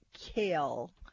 kale